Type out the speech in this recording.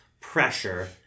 pressure